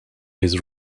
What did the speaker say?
his